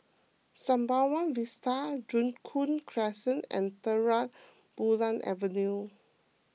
Sembawang Vista Joo Koon Crescent and Terang Bulan Avenue